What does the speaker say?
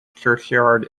churchyard